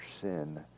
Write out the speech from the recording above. sin